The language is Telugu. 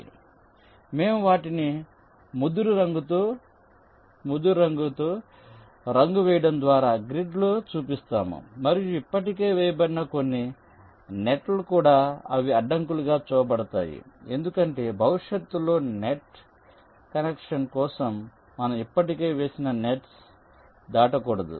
కాబట్టి మేము వాటిని ముదురు రంగుతో రంగు వేయడం ద్వారా గ్రిడ్లో చూపిస్తాము మరియు ఇప్పటికే వేయబడిన కొన్ని నెట్ కూడా అవి అడ్డంకులుగా చూపబడతాయి ఎందుకంటే భవిష్యత్తులో నెట్ కనెక్షన్ కోసం మనం ఇప్పటికే వేసిన నెట్ దాటకూడదు